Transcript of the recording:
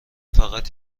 فقط